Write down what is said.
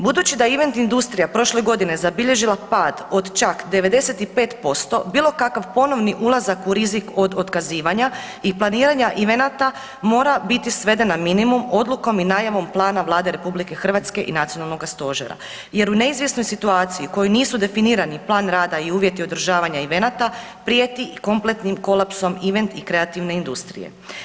Budući da je event industrija prošle godine zabilježila pad od čak 95% bilo kakav ponovni ulazak u rizik od otkazivanja i planiranja evenata mora biti sveden na minimum odlukom i najavom plana Vlade RH i Nacionalnoga stožera jer u neizvjesnoj situaciji u kojoj nisu definirani plan rada i uvjeti održavanja evenata prijeti i kompletnim kolapsom event i kreativne industrije.